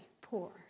poor